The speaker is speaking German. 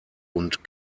und